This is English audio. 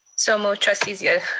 so moved, trustee zia.